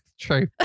true